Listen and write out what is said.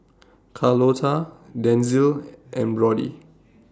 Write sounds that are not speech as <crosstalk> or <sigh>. Carlota Denzil <noise> and Brody